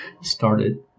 started